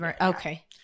Okay